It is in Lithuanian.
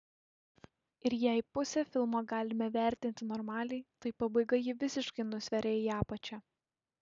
ir jei pusę filmo galime vertinti normaliai tai pabaiga jį visiškai nusveria į apačią